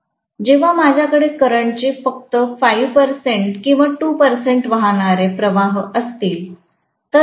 जेव्हा माझ्याकडे करंट चे फक्त 5 टक्के किंवा 2 टक्के वाहणारे प्रवाह असतील तर करंट केवळ 0